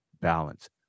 balance